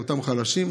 לאותם חלשים,